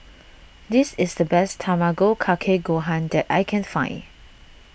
this is the best Tamago Kake Gohan that I can find